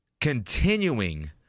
continuing